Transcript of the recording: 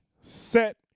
set